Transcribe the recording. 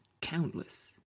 Countless